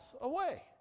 away